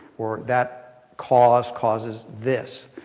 or that cause causes this.